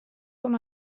com